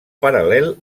paral·lel